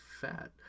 fat